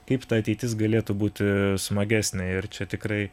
kaip ta ateitis galėtų būti smagesnė ir čia tikrai